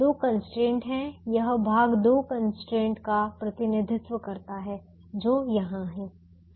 दो कंस्ट्रेंट हैं यह भाग दो कंस्ट्रेंट का प्रतिनिधित्व करता है जो यहाँ हैं